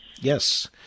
yes